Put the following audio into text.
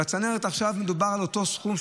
בצנרת עכשיו מדובר על אותו סכום,